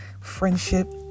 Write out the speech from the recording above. friendship